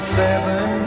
seven